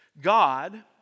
God